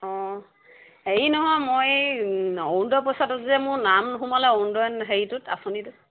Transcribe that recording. অঁ হেৰি নহয় মই অৰুণোদয় পইচাটোত যে মোৰ নাম সোমালে অৰুণোদয় হেৰিটোত আঁচনিটো